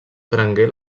prengué